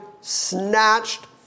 snatched